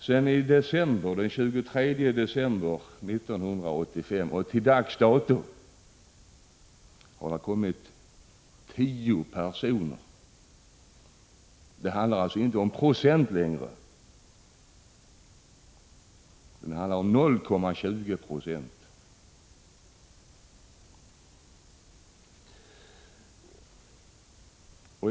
Sedan den 23 december 1985 till dags dato har det kommit tio personer. Det handlar alltså inte ens om hela procenttal längre utan bara om 0,20 96.